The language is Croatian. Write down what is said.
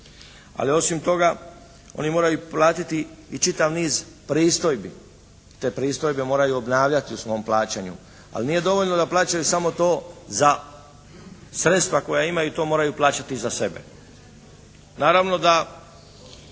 Ali osim toga oni moraju platiti i čitav niz pristojbi. Te pristojbe moraju obnavljati u svom plaćanju. Ali nije dovoljno da plaćaju samo to, za sredstva koja imaju to moraju plaćati i za sebe. Naravno da